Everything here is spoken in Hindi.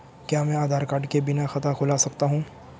क्या मैं आधार कार्ड के बिना खाता खुला सकता हूं?